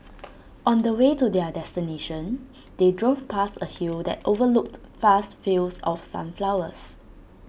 on the way to their destination they drove past A hill that overlooked vast fields of sunflowers